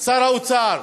שר האוצר,